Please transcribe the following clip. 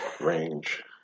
range